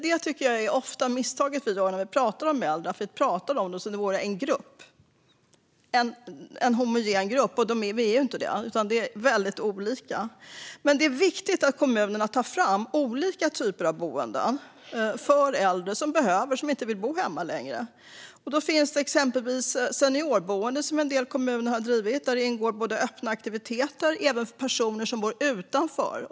Det tycker jag ofta är det misstag vi gör när vi pratar om äldre: Vi pratar om dem som om de vore en homogen grupp. De är ju inte det. Det är väldigt olika. Det är viktigt att kommunerna tar fram olika typer av boenden för äldre som behöver det och som inte vill bo hemma längre. Då finns det exempelvis seniorboende, som en del kommuner har drivit, där det ingår öppna aktiviteter även för personer som bor utanför.